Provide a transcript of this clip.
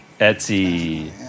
Etsy